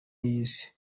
y’isi